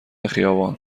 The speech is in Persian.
خیابان